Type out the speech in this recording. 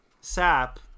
Sap